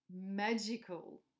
magical